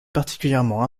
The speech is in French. particulièrement